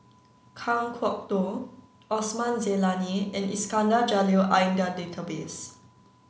Kan Kwok Toh Osman Zailani and Iskandar Jalil are in the database